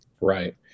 right